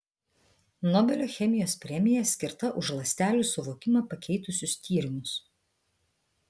nobelio chemijos premija skirta už ląstelių suvokimą pakeitusius tyrimus